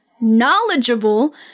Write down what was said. knowledgeable